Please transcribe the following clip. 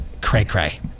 cray-cray